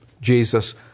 Jesus